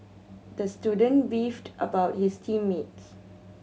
the student beefed about his team mates